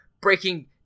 breaking